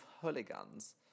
hooligans